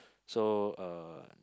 so uh